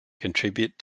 contribute